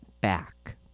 back